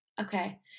Okay